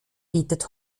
bietet